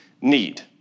need